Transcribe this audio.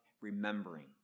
remembering